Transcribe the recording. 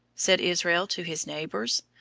said israel to his neighbors,